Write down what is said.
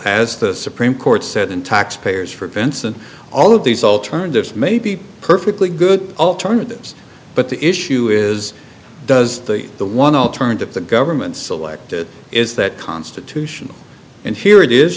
as the supreme court said in taxpayers for events and all of these alternatives may be perfectly good alternatives but the issue is does the one alternative the government selected is that constitutional and here it is